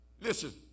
listen